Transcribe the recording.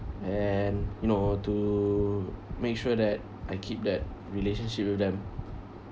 and you know to make sure that I keep that relationship with them